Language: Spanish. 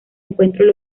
encuentros